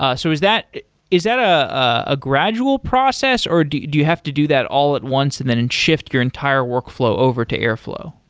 ah so is that is that a gradual process, or do you do you have to do that all at once and then and shift your entire workflow over to airflow?